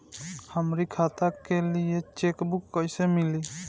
हमरी खाता के लिए चेकबुक कईसे मिली?